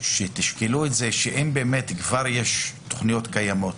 שתשקלו את זה שאם כבר יש תכניות קיימות,